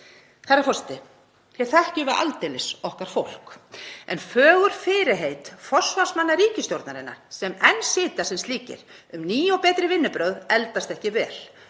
Herra forseti. Hér þekkjum við aldeilis okkar fólk en fögur fyrirheit forsvarsmanna ríkisstjórnarinnar, sem enn sitja sem slíkir, um ný og betri vinnubrögð eldast ekki vel.